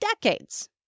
decades